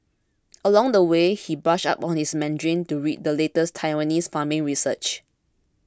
along the way he brushed up on his Mandarin to read the latest Taiwanese farming research